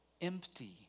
empty